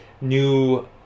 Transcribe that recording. new